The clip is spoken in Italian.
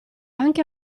anche